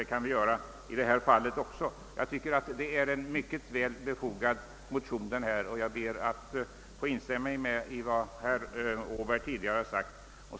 Det kan vi göra i det här fallet också. Det är en mycket väl befogad motion och jag ber att få instämma i vad herr Åberg tidigare har sagt.